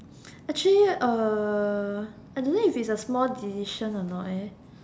actually I don't know if it's a small decision a not leh